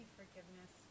forgiveness